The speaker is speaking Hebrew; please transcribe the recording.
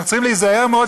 אנחנו צריכים להיזהר מאוד,